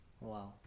Wow